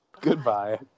Goodbye